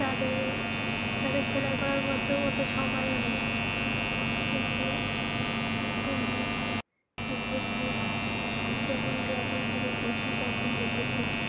তাদের তাদের সেলাই করার মতো অতো সময়ও নেই কিন্তু আমি দেখেছি যখন গ্রামের বাড়ি গিয়েছি তখন দেখেছি